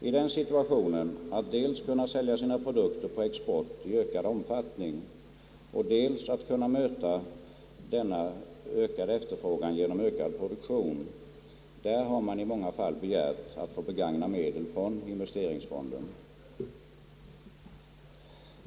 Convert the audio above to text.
I den situationen, att dels kunna sälja sina produkter på export i ökad omfattning och dels genom ökad produktion kunna möta en stigande efterfrågan, har man i många fall begärt att få begagna medel från investeringsfonden.